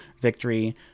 victory